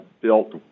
built